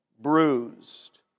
Bruised